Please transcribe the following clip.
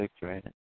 right